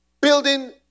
building